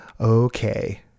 Okay